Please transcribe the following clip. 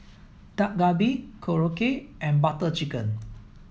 Dak Galbi Korokke and Butter Chicken